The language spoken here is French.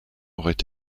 auraient